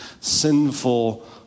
sinful